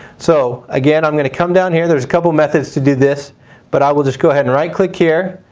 so, again i'm going to come down here there's a couple methods to do this but i will just go ahead and right click here,